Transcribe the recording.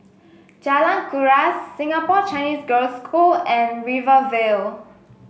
Jalan Kuras Singapore Chinese Girls' School and Rivervale